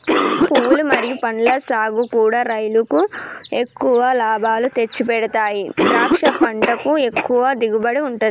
పువ్వులు మరియు పండ్ల సాగుకూడా రైలుకు ఎక్కువ లాభాలు తెచ్చిపెడతాయి ద్రాక్ష పంటకు ఎక్కువ దిగుబడి ఉంటది